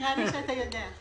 נראה לי שאתה יודע.